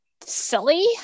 Silly